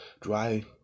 dry